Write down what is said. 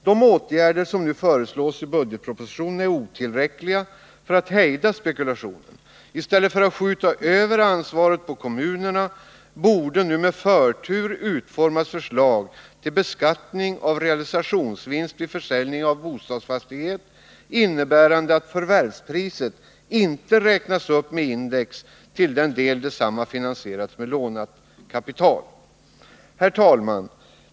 De åtgärder som föreslås i budgetpropositionen är otillräckliga för att hejda spekulationen. I stället för att skjuta över ansvaret på kommunerna borde med förtur utformas förslag till beskattning av realisationsvinst vid försäljning av bostadsfastighet, innebärande att förvärvspriset inte räknas upp med index till den del detsamma finansierats med lånat kapital. Herr talman!